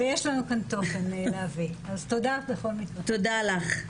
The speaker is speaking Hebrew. תודה לך.